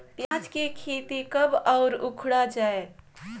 पियाज के खेती कब अउ उखाड़ा जायेल?